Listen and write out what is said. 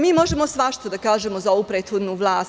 Možemo svašta da kažemo za ovu prethodnu vlast.